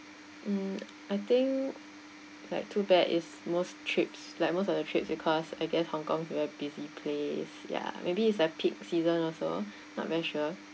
mm I think like too bad it's most trips like most of the trip because I guess hong kong a busy place ya maybe it's the peak season also not very sure